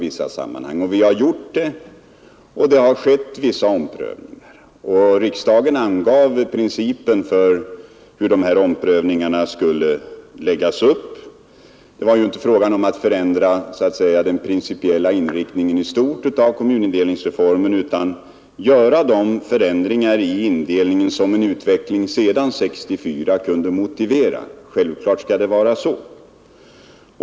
Vi har gjort det, och det har skett vissa omprövningar. Riksdagen angav principen för hur dessa omprövningar skall läggas upp. Det gällde ju inte att förändra den principiella inriktningen i stort av kommunindelningsreformen utan att göra de förändringar i indelningen som utvecklingen efter 1964 kunde motivera. Självfallet skall det vara så.